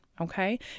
okay